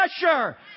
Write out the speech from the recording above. pressure